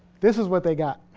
this is what they got